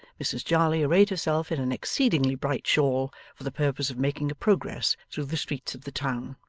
mrs jarley arrayed herself in an exceedingly bright shawl for the purpose of making a progress through the streets of the town.